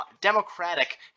democratic